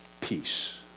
peace